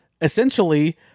essentially